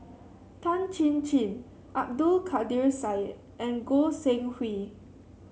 Tan Chin Chin Abdul Kadir Syed and Goi Seng Hui